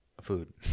food